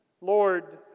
Lord